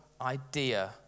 idea